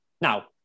Now